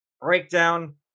breakdown